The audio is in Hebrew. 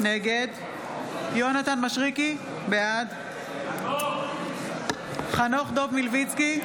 נגד יונתן מישרקי, בעד חנוך דב מלביצקי,